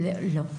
לא.